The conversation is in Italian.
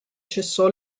cessò